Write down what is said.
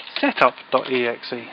setup.exe